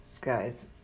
guys